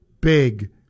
big